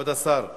כבוד השר,